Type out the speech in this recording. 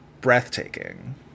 breathtaking